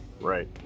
Right